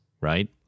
right